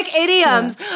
idioms